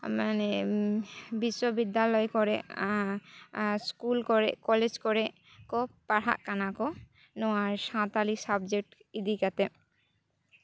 ᱢᱟᱱᱮ ᱵᱤᱥᱥᱚ ᱵᱤᱫᱽᱫᱟᱞᱚᱭ ᱠᱚᱨᱮ ᱤᱥᱠᱩᱞ ᱠᱚᱨᱮ ᱠᱚᱞᱮᱡᱽ ᱠᱚᱨᱮ ᱠᱚ ᱯᱟᱲᱦᱟᱜ ᱠᱟᱱᱟ ᱠᱚ ᱱᱚᱣᱟ ᱥᱟᱱᱛᱟᱲᱤ ᱥᱟᱵᱽᱡᱮᱠᱴ ᱤᱫᱤ ᱠᱟᱛᱮ